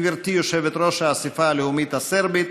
גברתי יושבת-ראש האספה הלאומית הסרבית,